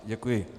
Děkuji.